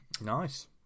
Nice